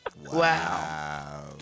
Wow